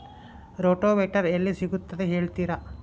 Rotavator ಎಲ್ಲಿ ಸಿಗುತ್ತದೆ ಹೇಳ್ತೇರಾ?